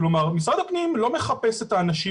כלומר משרד הפנים לא מחפש את האנשים